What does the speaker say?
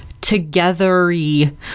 togethery